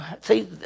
See